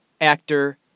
Actor